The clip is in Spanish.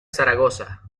zaragoza